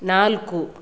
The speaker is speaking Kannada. ನಾಲ್ಕು